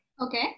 Okay